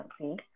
see